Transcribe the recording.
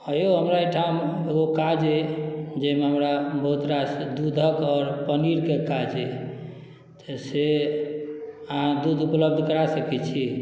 हँ औ हमरा एहिठाम एगो काज अइ जाहिमे हमरा बहुत रास दूधके आओर पनीरके काज अइ से अहाँ दूध उपलब्ध करा सकै छी